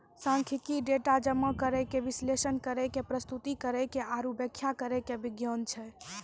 सांख्यिकी, डेटा जमा करै के, विश्लेषण करै के, प्रस्तुत करै के आरु व्याख्या करै के विज्ञान छै